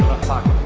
o'clock